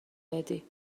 دادی